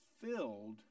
filled